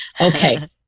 Okay